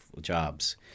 jobs